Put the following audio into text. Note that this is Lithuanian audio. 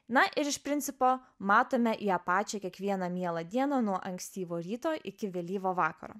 na ir iš principo matome ją pačią kiekvieną mielą dieną nuo ankstyvo ryto iki vėlyvo vakaro